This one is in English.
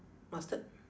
mustard